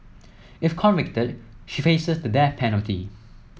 if convicted she faces the death penalty